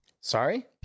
Sorry